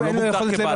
הוא לא מוגדר כבעלות.